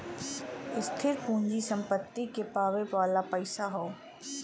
स्थिर पूँजी सम्पत्ति के पावे वाला पइसा हौ